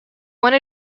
want